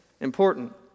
important